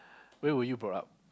where were you brought up